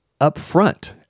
upfront